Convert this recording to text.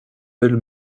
pêle